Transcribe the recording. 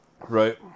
Right